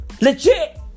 Legit